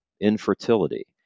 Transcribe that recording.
infertility